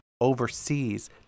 Overseas